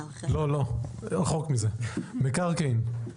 רחוק מזה, מקרקעין.